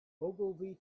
ogilvy